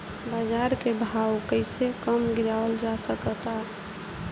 बाज़ार के भाव कैसे कम गीरावल जा सकता?